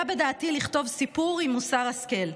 היה בדעתי לכתוב סיפור עם מוסר השכל,